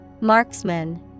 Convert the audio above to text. Marksman